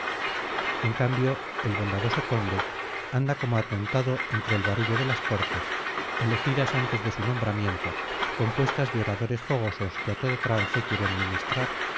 en cambio el bondadoso conde anda como atontado entre el barullo de las cortes elegidas antes de su nombramiento compuestas de oradores fogosos que a todo trance quieren ministrar